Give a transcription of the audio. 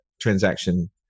transaction